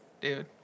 Dude